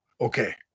Okay